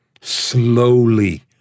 Slowly